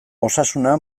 osasuna